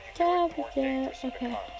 okay